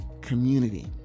community